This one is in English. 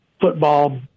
football